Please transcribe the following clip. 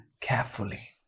carefully